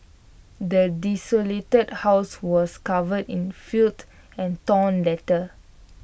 the desolated house was covered in filth and torn letters